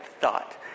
thought